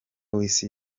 w’isi